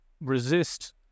resist